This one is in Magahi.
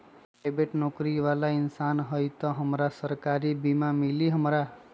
पराईबेट नौकरी बाला इंसान हई त हमरा सरकारी बीमा मिली हमरा?